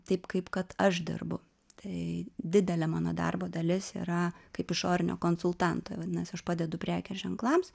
taip kaip kad aš dirbu tai didelė mano darbo dalis yra kaip išorinio konsultanto vadinas aš padedu prekės ženklams